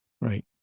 Right